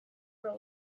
were